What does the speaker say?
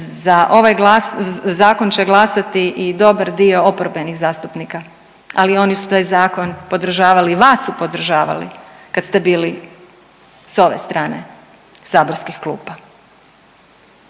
za ovaj glas zakon će glasati i dobar dio oporbenih zastupnika, ali oni su taj zakon podržavali i vas su podržavali kad ste bili s ove strane saborskih klupa.